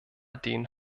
den